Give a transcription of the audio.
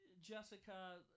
Jessica